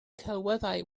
celwyddau